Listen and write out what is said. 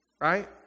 Right